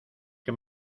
que